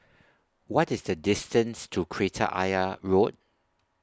What IS The distance to Kreta Ayer Road